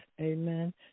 Amen